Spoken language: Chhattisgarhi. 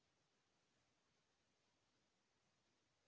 ऋण ले बर आधार ह जरूरी हे का?